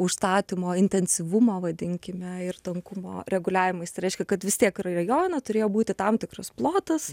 užstatymo intensyvumo vadinkime ir tankumo reguliavimais reiškia kad vis tiek ir rajoną turėjo būti tam tikras plotas